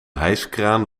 hijskraan